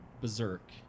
berserk